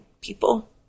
people